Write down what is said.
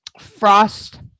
Frost